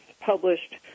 published